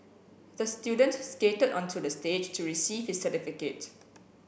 the student skated onto the stage to receive his certificate